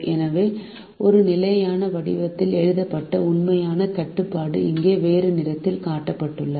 எனவே ஒரு நிலையான வடிவத்தில் எழுதப்பட்ட உண்மையான கட்டுப்பாடு இங்கே வேறு நிறத்தில் காட்டப்பட்டுள்ளது